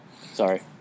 Sorry